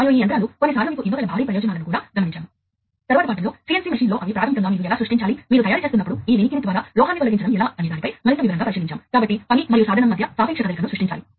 కాబట్టి కస్టమర్ కొరకు ఎంపికలు చాలా రెట్లు పెరిగాయి ఇది పోటీని ప్రోత్సహిస్తుంది మరియు ఉత్పత్తులలో మెరుగైన నాణ్యత మరియు కార్యాచరణ లను తక్కువ ఖర్చుతో తీసుకువస్తుంది